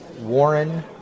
Warren